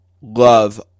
love